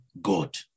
God